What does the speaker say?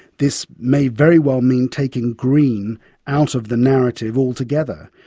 this may very well mean taking green out of the narrative altogether.